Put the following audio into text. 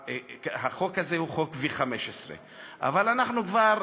שהחוק הזה הוא חוק V15. אבל אנחנו כבר,